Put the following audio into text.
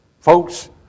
Folks